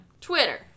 Twitter